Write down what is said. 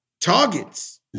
targets